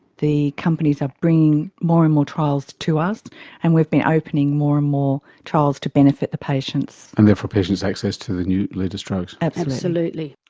the companies are bringing more and more trials to us and we've been opening more and more trials to benefit the patients. and therefore patients' access to the latest drugs. absolutely.